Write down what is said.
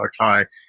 okay